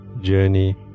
journey